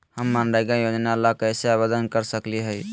हम मनरेगा योजना ला कैसे आवेदन कर सकली हई?